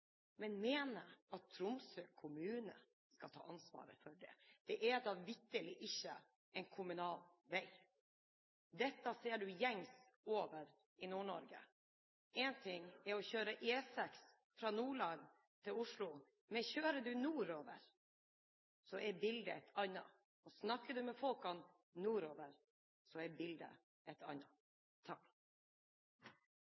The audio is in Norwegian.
men mener at Tromsø kommune skal ta ansvaret for det. Det er da vitterlig ikke en kommunal vei. Dette er gjengs i Nord-Norge. Én ting er å kjøre E6 fra Nordland til Oslo, men kjører du nordover, er bildet et annet. Snakker du med folk nordover, er bildet et annet.